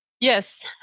yes